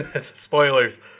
Spoilers